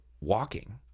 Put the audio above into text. walking